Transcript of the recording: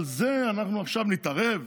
על זה אנחנו עכשיו נתערב?